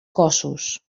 cossos